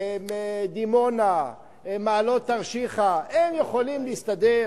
דימונה, מעלות תרשיחא, יכולות להסתדר?